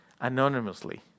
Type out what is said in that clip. anonymously